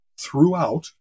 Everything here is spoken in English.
throughout